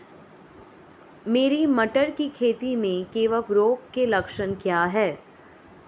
मेरी मटर की खेती में कवक रोग के लक्षण क्या हैं?